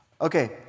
Okay